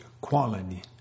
quality